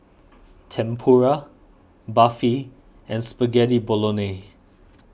Tempura Barfi and Spaghetti Bolognese